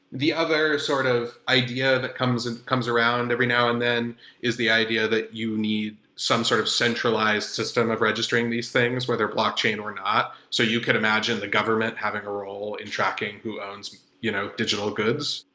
the other sort of idea that comes and comes around every now and then is the idea that you need some sort of centralized system of registering these things whether blockchain or not. so you could imagine the government having a role in tracking who owns you know digital digital goods.